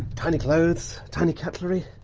tiny clothes, tiny cutlery.